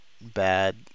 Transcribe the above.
bad